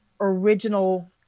original